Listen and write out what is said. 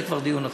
זה כבר דיון אחר.